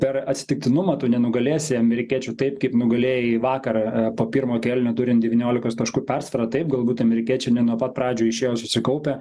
per atsitiktinumą tu nenugalėsi amerikiečių taip kaip nugalėjai vakar po pirmo kelnio turint devyniolikos taškų persvarą taip galbūt amerikiečiams ne nuo pat pradžių išėjo susikaupę